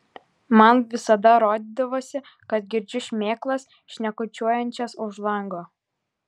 man visada rodydavosi kad girdžiu šmėklas šnekučiuojančias už lango